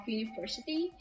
university